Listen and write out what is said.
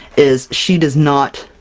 is she does not.